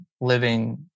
living